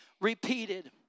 repeated